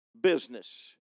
business